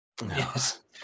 Yes